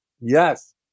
Yes